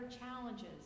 challenges